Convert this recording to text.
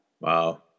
Wow